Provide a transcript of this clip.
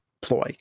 ploy